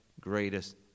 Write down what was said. greatest